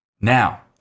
Now